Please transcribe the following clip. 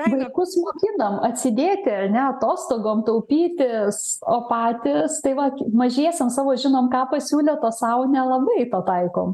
vaikus mokinam atsidėti ar ne atostogom taupytis o patys tai vat mažiesiems savo žinom ką pasiūlyt o sau nelabai pataikom